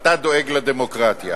אתה דואג לדמוקרטיה,